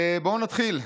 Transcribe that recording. בואו נתחיל.